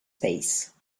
face